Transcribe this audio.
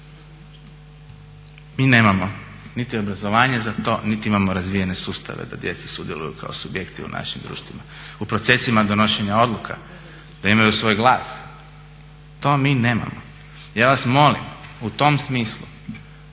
Mi nemamo niti obrazovanje za to niti imamo razvijene sustave da djeca sudjeluju kao subjekti u našim društvima u procesima donošenja odluka, da imaju svoj glas, to mi nemao. Ja vas molim u tom smislu